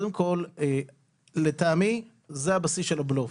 קודם כל, לטעמי זה הבסיס של הבלוף.